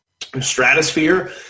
stratosphere